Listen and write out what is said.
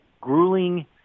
grueling